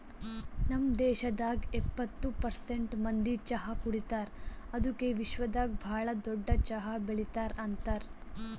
ನಮ್ ದೇಶದಾಗ್ ಎಪ್ಪತ್ತು ಪರ್ಸೆಂಟ್ ಮಂದಿ ಚಹಾ ಕುಡಿತಾರ್ ಅದುಕೆ ವಿಶ್ವದಾಗ್ ಭಾಳ ದೊಡ್ಡ ಚಹಾ ಬೆಳಿತಾರ್ ಅಂತರ್